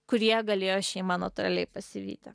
kurie galėjo šeimą natūraliai pasivyti